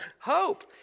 hope